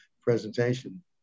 presentation